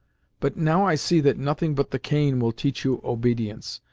but now i see that nothing but the cane will teach you obedience,